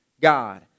God